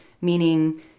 Meaning